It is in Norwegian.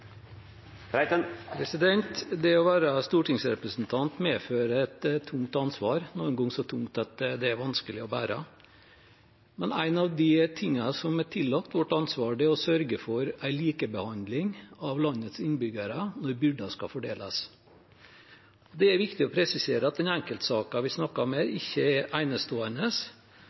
skal få sjekka. Det å være stortingsrepresentant medfører et tungt ansvar, noen ganger så tungt at det er vanskelig å bære. Men en av de tingene som er tillagt vårt ansvar, er å sørge for en likebehandling av landets innbyggere når byrder skal fordeles. Det er viktig å presisere at den enkeltsaken vi snakker om her, ikke er enestående,